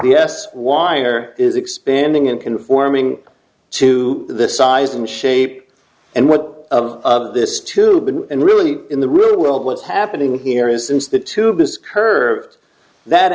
b s wire is expanding and conforming to the size and shape and what of this tube and really in the real world what's happening here is since the tube is curved that